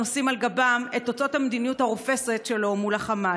הנושאים על גבם את אותות המדיניות הרופסת שלו מול החמאס.